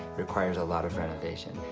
requires a lot of renovation,